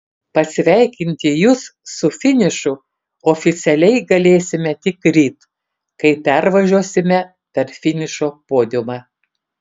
pasveikinti jus su finišu oficialiai galėsime tik ryt kai pervažiuosime per finišo podiumą